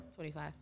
25